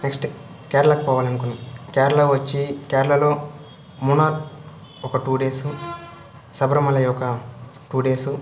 next కేరళాకి పోవాలనుకున్నాము కేరళా వచ్చి కేరళాలో మున్నార్ ఒక టూ డేసు శబరిమలైలో ఒక టూ డేసు